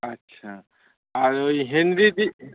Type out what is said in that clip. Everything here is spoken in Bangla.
আচ্ছা আর ওই হেনরি দ্বীপ